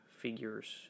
figures